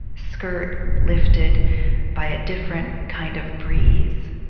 skirt lifted by a different kind of breeze.